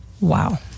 Wow